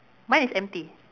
mine is empty